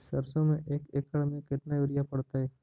सरसों में एक एकड़ मे केतना युरिया पड़तै?